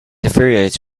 infuriates